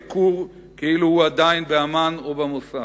"כור" כאילו הוא עדיין באמ"ן או במוסד.